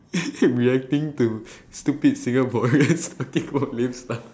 reacting to stupid singaporeans looking for lame stuff